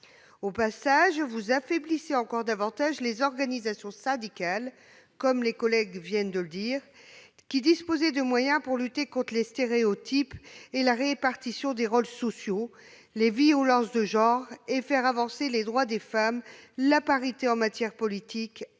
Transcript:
Au passage, vous affaiblissez encore davantage les organisations syndicales, qui disposaient grâce à ces instances de moyens pour lutter contre les stéréotypes, la répartition des rôles sociaux et les violences de genre, et pour faire avancer les droits des femmes et la parité en matière politique,